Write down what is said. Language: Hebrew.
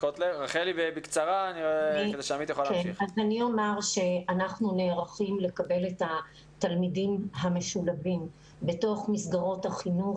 אני אומר שאנחנו נערכים לקבל את התלמידים המשולבים בתוך מסגרות החינוך.